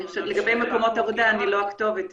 לגבי מקומות עבודה אני לא הכתובת,